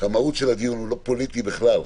שהמהות של הדיון הוא לא פוליטי בכלל.